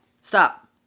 stop